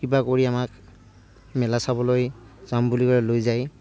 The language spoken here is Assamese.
কিবা কৰি আমাক মেলা চাবলৈ যাম বুলি কৈ লৈ যায়